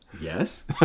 yes